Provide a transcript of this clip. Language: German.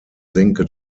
senke